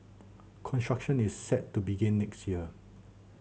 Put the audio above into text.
construction is set to begin next year